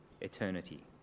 eternity